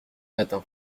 matin